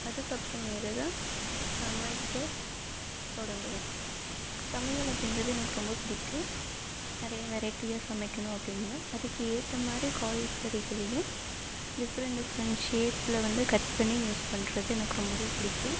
அதுக்கு அப்புறமேலுதான் சமைக்க தொடங்குவேன் சமையல் அப்படின்றது எனக்கு ரொம்ப பிடிக்கும் நிறைய வெரைட்டியாக சமைக்கணும் அப்படின்பேன் அதுக்கு ஏற்றமாரி காய்கறிகளையும் டிஃப்ரெண்ட் டிஃப்ரெண்ட் ஷேஃப்ல வந்து கட் பண்ணி யூஸ் பண்ணுறது எனக்கு ரொம்பவே பிடிக்கும்